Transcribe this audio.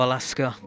Alaska